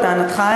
לטענתך,